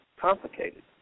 complicated